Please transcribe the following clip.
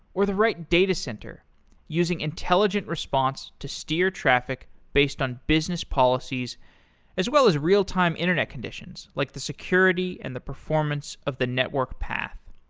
or the right datacenter using intelligent response to steer traffic based on business policies as well as real time internet conditions, like the security and the performance of the network path.